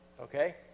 Okay